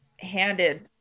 handed